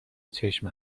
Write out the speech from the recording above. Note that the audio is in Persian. چشم